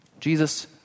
Jesus